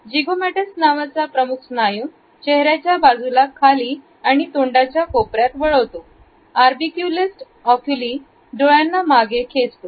जिगो मॅटर्स नावाचा प्रमुख स्नायू चेहऱ्या च्या बाजूला खाली आणि तोंडाच्या कोपऱ्यात वळवतो आणि आर बी क्यू लिस्ट ऑक्युली डोळ्यांना मागे खेचतो